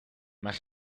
mijn